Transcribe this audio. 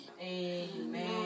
Amen